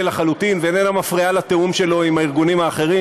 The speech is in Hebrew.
לחלוטין ואיננה מפריעה לתיאום שלו עם הארגונים האחרים,